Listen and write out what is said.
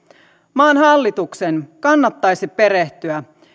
maan hallituksen kannattaisi perehtyä